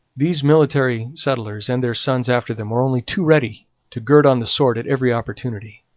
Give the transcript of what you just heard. these military settlers and their sons after them were only too ready to gird on the sword at every opportunity.